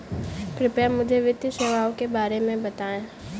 कृपया मुझे वित्तीय सेवाओं के बारे में बताएँ?